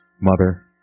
mother